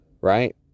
right